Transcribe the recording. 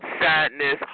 sadness